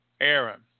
Aaron